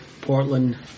Portland